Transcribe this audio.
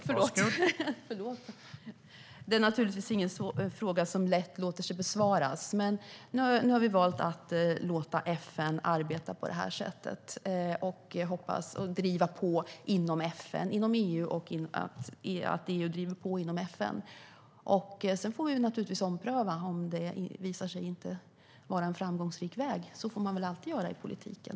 Herr talman! Det är naturligtvis ingen fråga som lätt låter sig besvaras. Men nu har vi valt att låta FN arbeta på det här sättet. Man driver på inom FN och inom EU och EU driver på inom FN. Om det inte visar sig vara en framkomlig väg får vi ompröva det. Så får man väl alltid göra i politiken.